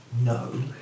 no